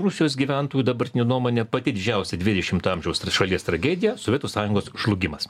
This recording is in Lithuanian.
rusijos gyventojų dabartinių nuomone pati didžiausia dvidešimto amžiaus šalies tragedija sovietų sąjungos žlugimas